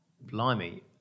Blimey